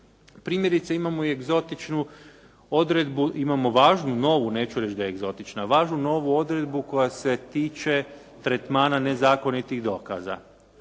da je egzotična, važnu novu odredbu koja se tiče tretmana nezakonitih dokaza.